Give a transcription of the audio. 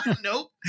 Nope